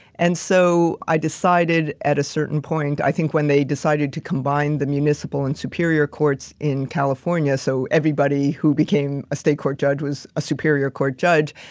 and so, i decided at a certain point, i think when they decided to combine the municipal and superior courts in california, so everybody who became a state court judge was a superior court judge.